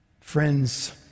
Friends